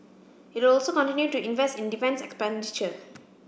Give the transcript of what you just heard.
it will also continue to invest in defence expenditure